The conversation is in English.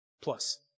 Plus